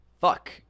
Fuck